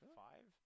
five